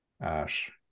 Ash